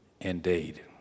indeed